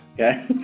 Okay